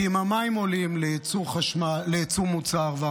כי אם המים לייצור מוצר עולים,